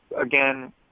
again